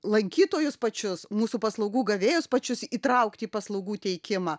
lankytojus pačius mūsų paslaugų gavėjus pačius įtraukti į paslaugų teikimą